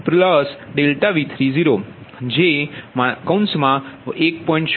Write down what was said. V31V30∆V30 જે 1